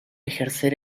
ejercer